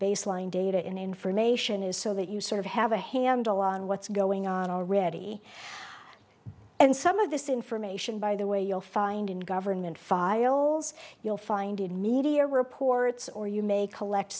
baseline data and information is so that you sort of have a handle on what's going on already and some of this information by the way you'll find in government files you'll find in media reports or you may collect